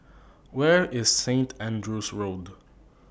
Where IS St Andrew's Road